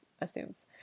assumes